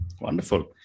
Wonderful